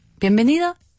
Bienvenida